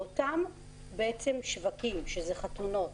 ואלו הם השווקים: חתונות,